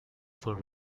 for